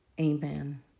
Amen